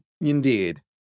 Indeed